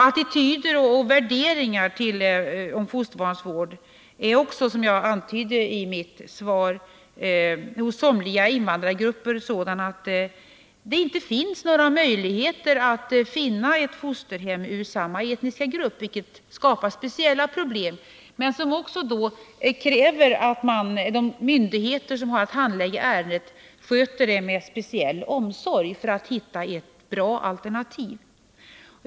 Attityder till och värderingar om fosterbarnsvård är, som jag antydde i mitt svar, hos somliga invandrargrupper sådana att det inte går att finna något fosterhem från samma etniska grupp, vilket skapar speciella problem. Här krävs det att de myndigheter som har att handlägga ärendet med speciell omsorg försöker hitta bra alternativ.